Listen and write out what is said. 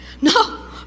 No